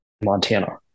Montana